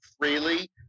freely